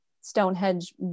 Stonehenge